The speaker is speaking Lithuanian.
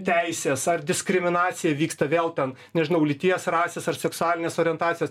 teisės ar diskriminacija vyksta vėl ten nežinau lyties rasės ar seksualinės orientacijos